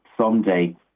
someday